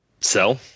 Sell